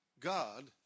God